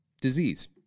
disease